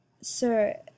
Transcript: sir